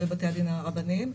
לבתי הדין הרבניים.